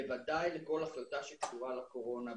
בוודאי לכל החלטה שקשורה לקורונה,